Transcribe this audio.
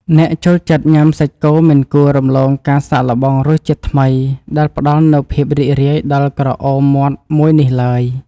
អ្នកចូលចិត្តញ៉ាំសាច់គោមិនគួររំលងការសាកល្បងរសជាតិថ្មីដែលផ្តល់នូវភាពរីករាយដល់ក្រអូមមាត់មួយនេះឡើយ។